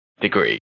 degree